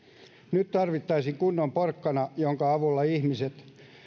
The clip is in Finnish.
nyt tarvittaisiin kunnon porkkana jonka avulla ihmiset